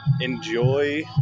enjoy